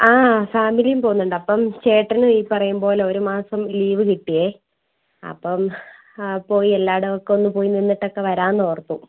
ആ ഫാമിലിയും പോകുന്നുണ്ട് അപ്പം ചേട്ടന് ഈ പറയും പോലെ ഒരു മാസം ലീവ് കിട്ടി അപ്പം പോയി എല്ലാ ഇടമൊക്കെ ഒന്നു പോയി നിന്നിട്ടൊക്കെ വരാമെന്ന് ഓർത്തു